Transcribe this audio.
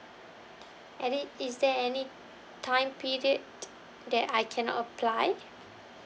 edi~ is there any time period that I can apply